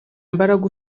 mbaraga